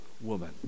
woman